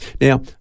Now